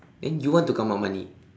then you want to come out money